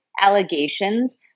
allegations